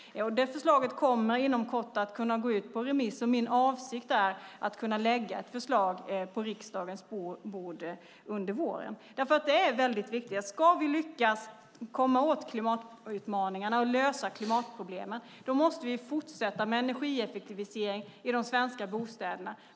Förslaget kommer inom kort att kunna gå ut på remiss. Min avsikt är att kunna lägga ett förslag på riksdagens bord under våren. Det är väldigt viktigt. Ska vi lyckas komma åt klimatutmaningarna och lösa klimatproblemen måste vi fortsätta med energieffektivisering i de svenska bostäderna.